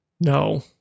no